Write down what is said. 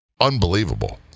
unbelievable